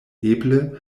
eble